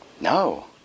No